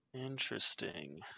Interesting